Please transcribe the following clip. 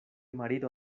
marido